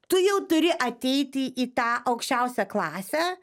tu jau turi ateiti į tą aukščiausią klasę